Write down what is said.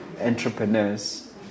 entrepreneurs